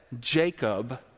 Jacob